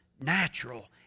natural